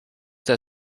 that